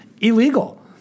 illegal